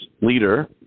leader